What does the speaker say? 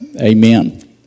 Amen